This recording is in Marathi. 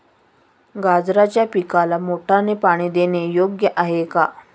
गाजराच्या पिकाला मोटारने पाणी देणे योग्य आहे का?